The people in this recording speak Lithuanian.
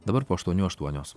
dabar po aštuonių aštuonios